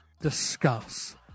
discuss